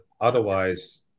otherwise